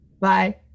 Bye